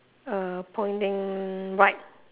err pointing right